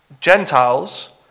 Gentiles